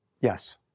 Yes